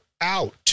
out